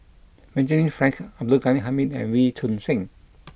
Benjamin Frank Abdul Ghani Hamid and Wee Choon Seng